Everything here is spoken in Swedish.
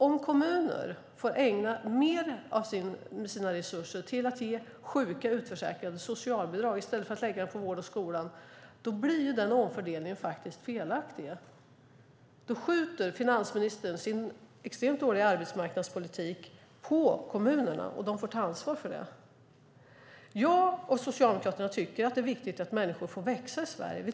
Om kommuner får ägna mer av sina resurser till att ge sjuka och utförsäkrade socialbidrag i stället för att lägga dem på vård och skola blir den omfördelningen felaktig. Finansministern skjuter över sin extremt dåliga arbetsmarknadspolitik på kommunerna. De får ta ansvar för det. Jag och Socialdemokraterna tycker att det är viktigt att människor får växa i Sverige.